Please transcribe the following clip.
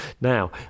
Now